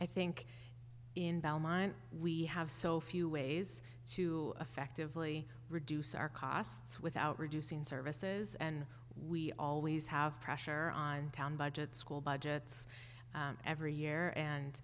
i think in belmont we have so few ways to effectively reduce our costs without reducing services and we always have pressure on town budgets school budgets every year and